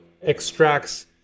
extracts